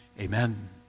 Amen